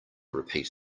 repeat